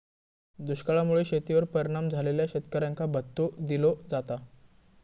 दुष्काळा मुळे शेतीवर परिणाम झालेल्या शेतकऱ्यांका भत्तो दिलो जाता